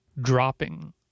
dropping